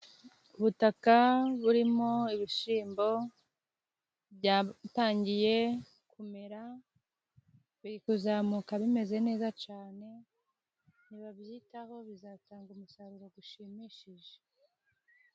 Ubutaka burimo ibishyimbo byatangiye kumera, biri kuzamuka bimeze neza cyane, nibabyitaho bizatanga umusaruro ushimishije.